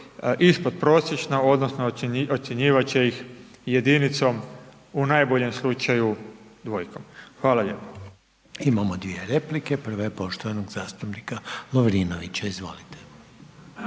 ispodprosječno odnosno ocjenjivat će ih jedinicom u najboljem slučaju dvojkom. Hvala lijepa. **Reiner, Željko (HDZ)** Imamo dvije replike. Prva je poštovanog zastupnika Lovrinovića, izvolite.